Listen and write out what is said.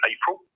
April